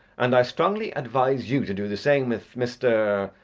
and i strongly advise you to do the same with mr.